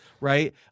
right